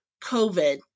COVID